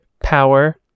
power